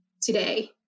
today